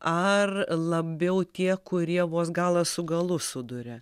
ar labiau tie kurie vos galą su galu suduria